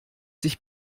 sich